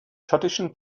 schottischen